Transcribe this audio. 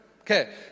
Okay